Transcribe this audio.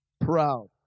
proud